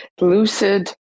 Lucid